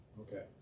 Okay